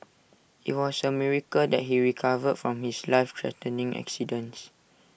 IT was A miracle that he recovered from his life threatening accident